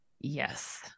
Yes